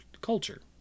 culture